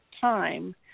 time